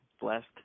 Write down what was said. Blessed